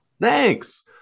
Thanks